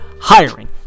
hiring